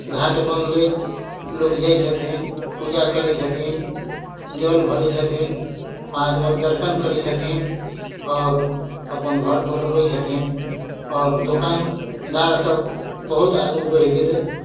घाट बनलै लोग जाइ छथिन पूजा करै छथिन जल भरै छथिन महादेबक दर्शन करै छथिन आओर अपन घर पर अबै छथिन आओर दोकानदार सब बहुत आगू बढ़ि गेलै